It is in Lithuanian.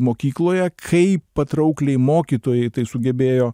mokykloje kaip patraukliai mokytojai tai sugebėjo